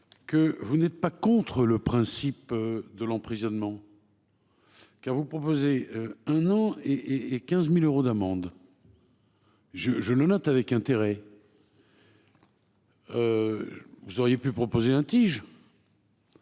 Que vous n'êtes pas contre le principe de l'emprisonnement. Car vous proposer un an et et 15.000 euros d'amende. Je, je le note avec intérêt. Vous auriez pu proposer un tige.